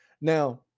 Now